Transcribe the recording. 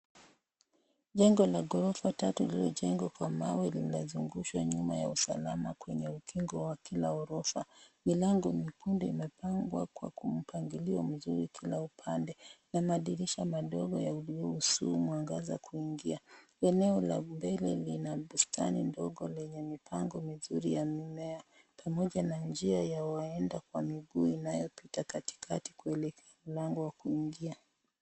Jengo la ghorofa tatu lililojengwa kwa mawe linazungushwa chuma ya usama kwenye ukingo wa kila ghorofa. Milango miekundu imepangwa kwa mpangilio mzuri kila upande na madirisha madogo yanaruhusu mwangaza kuingia. Eneo la mbele lina bustani ndogo lenye mipango mizuri ya mimea pamoja na njia ya waenda kwa miguu inayopita katikati kuelekea mlango wa kuingia.